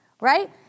right